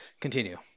Continue